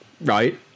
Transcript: right